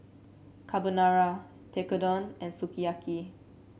Carbonara Tekkadon and Sukiyaki